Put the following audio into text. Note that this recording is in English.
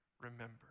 remember